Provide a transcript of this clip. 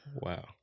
Wow